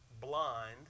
blind